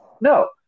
No